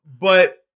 But-